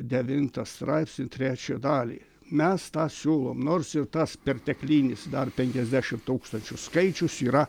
devyntą straipsnį trečią dalį mes tą siūlom nors ir tas perteklinis dar penkiasdešimt tūkstančių skaičius yra